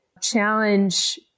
challenge